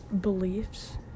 beliefs